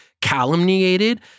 calumniated